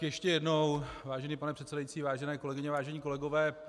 Ještě jednou, vážený pane předsedající, vážené kolegyně, vážení kolegové.